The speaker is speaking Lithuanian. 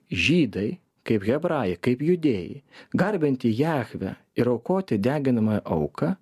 žydai kaip hebrajai kaip judėjai garbinti jahvę ir aukoti deginamąją auką